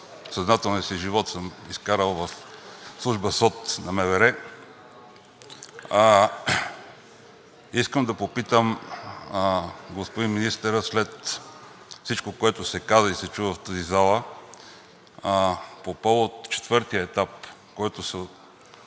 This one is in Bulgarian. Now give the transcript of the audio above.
съзнателния си живот съм изкарал в служба СОТ на МВР, искам да попитам господин министъра: след всичко, което се каза и се чу в тази зала по повод четвъртия етап, в който се